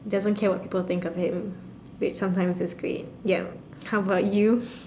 doesn't care what people think of him which sometimes is great ya how about you